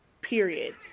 period